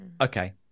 Okay